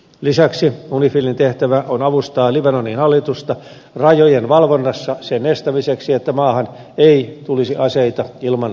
lisäksi unifilin tehtävä on avustaa libanonin hallitusta rajojen valvonnassa sen estämiseksi että maahan tulisi aseita ilman hallituksen lupaa